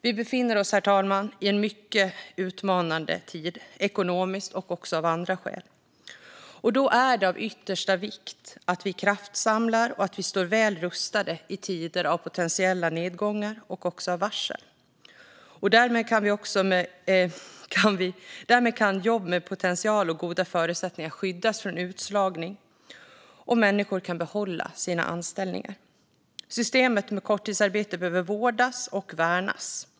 Vi befinner oss, herr talman, i en mycket utmanande tid, ekonomiskt och på andra sätt. Då är det av yttersta vikt att vi kraftsamlar och står väl rustade i tider av potentiella nedgångar och varsel. Därmed kan jobb med potential och goda förutsättningar skyddas från utslagning, och människor kan behålla sina anställningar. Systemet med korttidsarbete behöver vårdas och värnas.